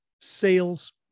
sales